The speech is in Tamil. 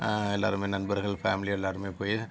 எல்லோருமே நண்பர்கள் ஃபேமலி எல்லோருமே போய்